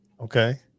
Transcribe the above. Okay